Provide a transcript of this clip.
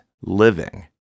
living